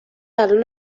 الان